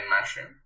mushroom